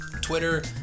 Twitter